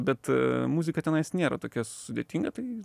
bet muzika tenais nėra tokia sudėtinga tai